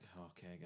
okay